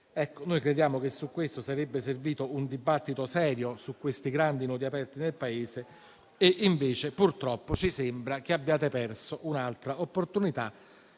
scuole. Crediamo che sarebbe servito un dibattito serio su questi grandi nodi aperti del Paese. Invece, purtroppo, ci sembra che abbiate perso un'altra opportunità